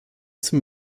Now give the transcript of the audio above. zum